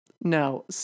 no